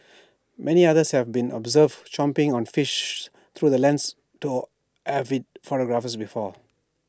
many other been observed chomping on fish through the lens avid photographers before